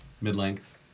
mid-length